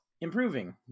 improving